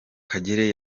kagere